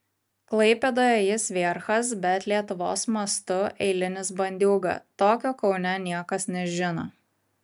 klaipėdoje jis vierchas bet lietuvos mastu eilinis bandiūga tokio kaune niekas nežino